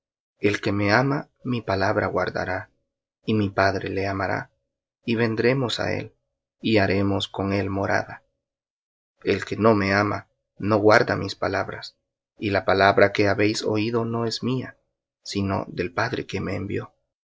el que me ama mi palabra guardará y mi padre le amará y vendremos á él y haremos con él morada el que no me ama no guarda mis palabras y la palabra que habéis oído no es mía sino del padre que me envió